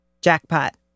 Jackpot